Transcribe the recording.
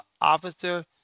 officer